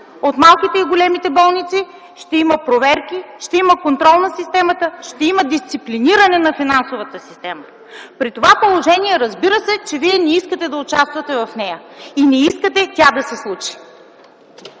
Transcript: от малките и големите болници, ще има проверки, ще има контрол на системата, ще има дисциплиниране на финансовата система! При това положение, разбира се, че вие не искате да участвате в нея и не искате тя да се случи!